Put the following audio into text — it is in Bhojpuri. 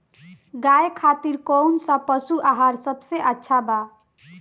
गाय खातिर कउन सा पशु आहार सबसे अच्छा बा?